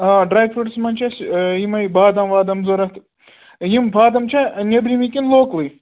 آ dry fruits منٛز چھِ اَسہِ یِمٕے بادَم وادَم ضوٚرَتھ یِم بادَم چھا نیٚبرِمٕے کِنہٕ لوکَلٕے